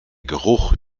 geruch